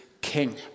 king